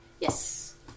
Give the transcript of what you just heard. Yes